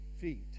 feet